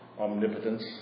omnipotence